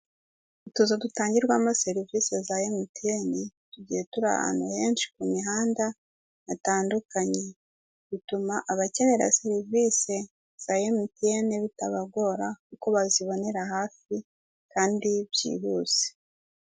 Utuzu dutangirwamo serivise za emutiyene tugiye turi ahantu henshi ku mihanda hatandukanye, bituma abakenera serivise za emutiyene bitabagora ko bazibonera hafi kandi byihuse.